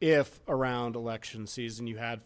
if around election season you had